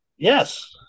Yes